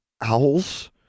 Owls